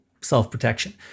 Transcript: self-protection